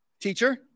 Teacher